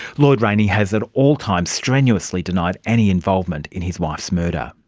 lloyd rayney has at all times strenuously denied any involvement in his wife's murder.